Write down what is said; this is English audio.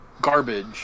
garbage